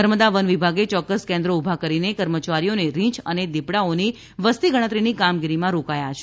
નર્મદા વન વિભાગે યોક્કસ કેન્દ્રો ઉભા કરી કર્મચારીઓને રીછ અને દીપડાઓની વસ્તી ગણતરીની કામગીરીમાં રોકાયા છે